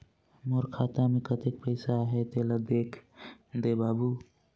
मोर खाता मे कतेक पइसा आहाय तेला देख दे बाबु?